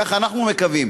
כך אנחנו מקווים,